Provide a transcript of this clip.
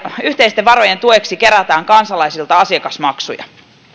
yhteisten varojen tueksi kerätään kansalaisilta asiakasmaksuja